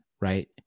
right